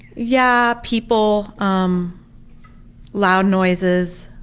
yeah, people, um loud noises,